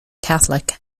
catholic